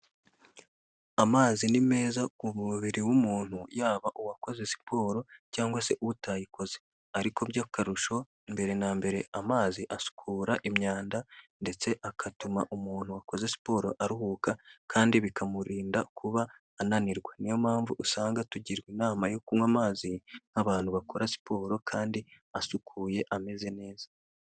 Amazi ni meza ku mubiri w'umuntu yaba uwakoze siporo cyangwa se utayikoze, ariko by'akarusho mbere na mbere amazi asukura imyanda ndetse agatuma umuntu wakoze siporo aruhuka kandi bikamurinda kuba ananirwa, niyo mpamvu usanga tugirwa inama yo kunywa amazi nk'abantu bakora siporo kandi asukuye ameze neza.